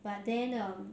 but then um